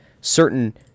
certain